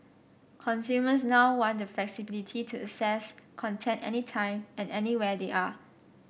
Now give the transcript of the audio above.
consumers now want the flexibility to access content any time and anywhere they are